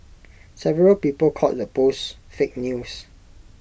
several people called the posts fake news